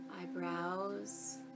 eyebrows